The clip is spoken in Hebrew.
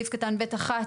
סעיף קטן (ב)(1)